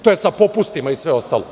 To je sa popustima i sve ostalo.